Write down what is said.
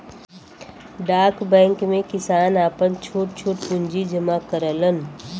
डाक बैंक में किसान आपन छोट छोट पूंजी जमा करलन